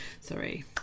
Sorry